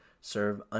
serve